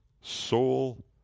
soul